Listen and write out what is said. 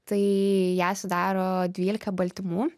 tai ją sudaro dvylika baltymų